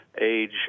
age